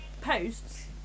posts